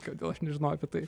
kodėl aš nežinojau apie tai